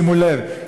שימו לב,